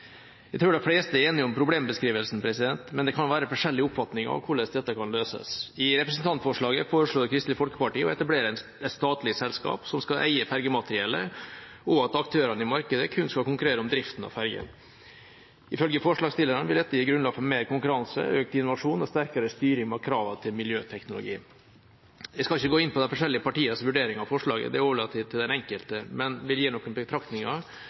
Jeg tror de fleste er enige om problembeskrivelsen, men det kan være forskjellig oppfatning av hvordan dette kan løses. I representantforslaget foreslår Kristelig Folkeparti å etablere et statlig selskap som skal eie fergemateriellet, og at aktørene i markedet kun skal konkurrere om driften av fergene. Ifølge forslagsstillerne vil dette gi grunnlag for mer konkurranse, økt innovasjon og sterkere styring med kravene til miljøteknologi. Jeg skal ikke gå inn på de forskjellige partienes vurdering av forslaget, det overlater jeg til den enkelte, men vil gi noen betraktninger